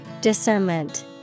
Discernment